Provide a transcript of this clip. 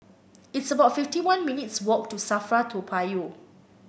it's about fifty one minutes' walk to Safra Toa Payoh